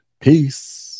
peace